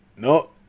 No